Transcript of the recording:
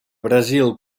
brasil